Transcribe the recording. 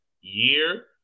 year